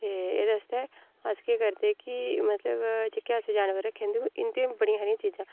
ते एह्दे आस्तै अस केह् करदे कि मतलब जेह्के असें जानवर रक्खे दे होंदे इं'दे बी बड़ियां सारियां चीजां